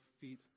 feet